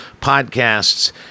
Podcasts